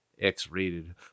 X-rated